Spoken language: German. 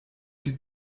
die